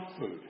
food